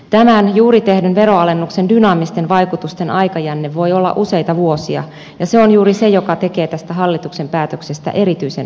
tämän juuri tehdyn veroalennuksen dynaamisten vaikutusten aikajänne voi olla useita vuosia ja se on juuri se joka tekee tästä hallituksen päätöksestä erityisen rohkean